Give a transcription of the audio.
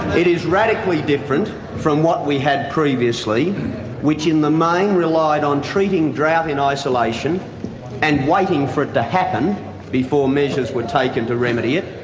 it is radically different from what we had previously which in the main relied on treating drought in isolation and waiting for it to happen before measures were taken to remedy it,